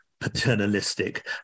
paternalistic